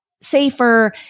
safer